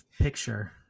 picture